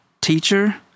teacher